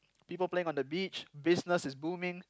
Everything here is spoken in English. people playing on the beach business is booming